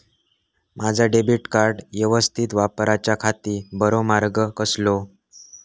माजा debit card यवस्तीत वापराच्याखाती बरो मार्ग कसलो?